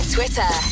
Twitter